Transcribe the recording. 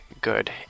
good